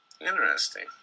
Interesting